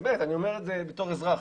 באמת אני אומר את זה בתור אזרח,